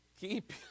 Keep